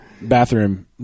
bathroom